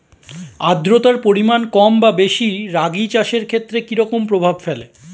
আদ্রতার পরিমাণ কম বা বেশি রাগী চাষের ক্ষেত্রে কি রকম প্রভাব ফেলে?